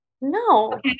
No